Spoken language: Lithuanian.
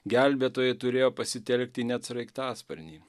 gelbėtojai turėjo pasitelkti net sraigtasparnį